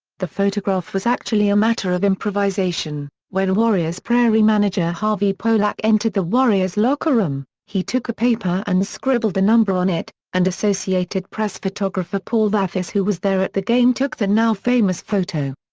the photograph was actually a matter of improvisation when warriors pr manager harvey pollack entered the warriors locker room, he took a paper and scribbled the number on it, and associated press photographer paul vathis who was there at the game took the now-famous photo.